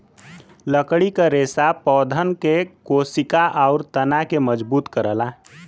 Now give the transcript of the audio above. लकड़ी क रेसा पौधन के कोसिका आउर तना के मजबूत करला